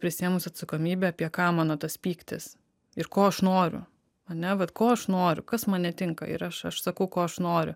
prisiėmus atsakomybę apie ką mano tas pyktis ir ko aš noriu ane vat ko aš noriu kas man netinka ir aš aš sakau ko aš noriu